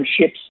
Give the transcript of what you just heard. ships